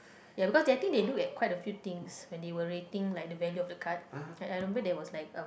ya because they I think they look at quite a few things when they were rating like the value of the card I I remember there was like uh